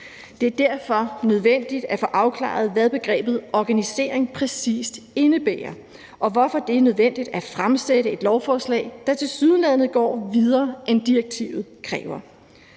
Det er derfor nødvendigt at få afklaret, hvad begrebet organisering præcis indebærer, og hvorfor det er nødvendigt at fremsætte et lovforslag, der tilsyneladende går videre, end direktivet kræver.